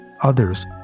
Others